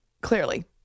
Clearly